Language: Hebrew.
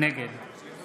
נגד